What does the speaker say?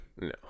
No